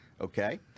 okay